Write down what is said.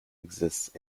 exists